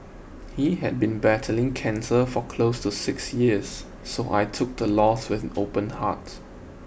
he had been battling cancer for close to six years so I took the loss with an open heart